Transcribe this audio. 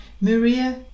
Maria